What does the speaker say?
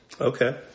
Okay